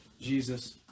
Jesus